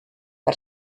per